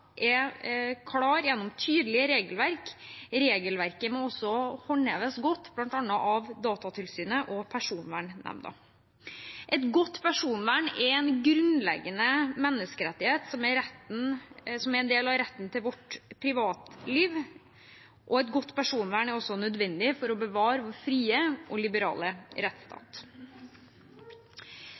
er klare gjennom et tydelig regelverk. Regelverket må også håndheves godt, bl.a. av Datatilsynet og Personvernnemnda. Et godt personvern er en grunnleggende menneskerettighet som er en del av retten til vårt privatliv, og et godt personvern er også nødvendig for å bevare vår frie og liberale rettsstat.